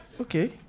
Okay